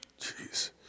Jeez